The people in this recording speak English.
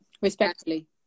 respectfully